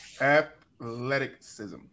Athleticism